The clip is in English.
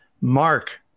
Mark